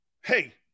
hey